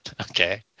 Okay